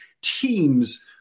Teams